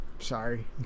sorry